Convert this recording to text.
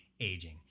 Aging